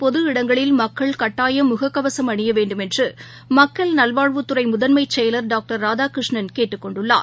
பொது இடங்களில் மக்கள் கட்டாயம் முககவசம் அணியவேண்டுமென்றுமக்கள் நல்வாழவுத்துறைமுதன்மைசெயலர் டாக்டர் ராதாகிருஷ்ணன் கேட்டுக் கொண்டுள்ளார்